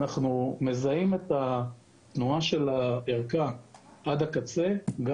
אנחנו מזהים את התנועה של הערכה עד הקצה גם